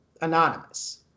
anonymous